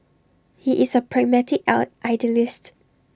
he is A pragmatic elder idealist